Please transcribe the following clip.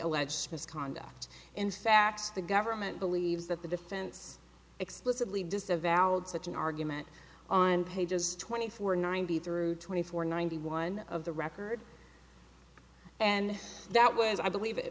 alleged misconduct in fact the government believes that the defense explicitly disavowed such an argument on pages twenty four ninety through twenty four ninety one of the record and that was i believe